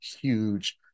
huge